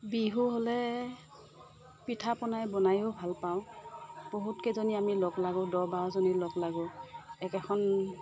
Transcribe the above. বিহু হ'লে পিঠা পনাই বনাইও ভাল পাওঁ বহুত কেজনী আমি লগ লাগো দহ বাৰজনী লগ লাগো একেখন